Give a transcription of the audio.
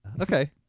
Okay